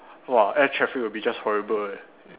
!wah! air traffic will be just horrible leh